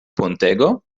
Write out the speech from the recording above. pontego